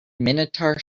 minotaur